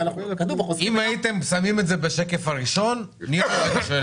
אם הייתם שמים את זה בשקף הראשון נירה לא הייתה שואלת.